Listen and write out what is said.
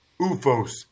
UFOS